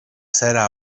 cera